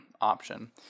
option